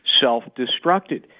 self-destructed